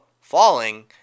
Falling